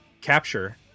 capture